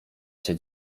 się